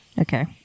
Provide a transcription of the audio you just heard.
Okay